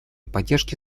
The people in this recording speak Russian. поддержки